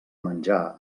menjar